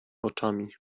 oczami